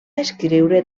escriure